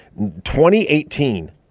2018